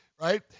right